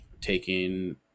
taking